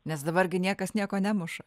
nes dabar gi niekas nieko nemuša